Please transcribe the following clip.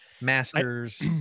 Masters